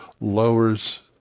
lowers